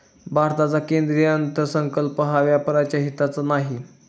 भारताचा केंद्रीय अर्थसंकल्प हा व्यापाऱ्यांच्या हिताचा नाही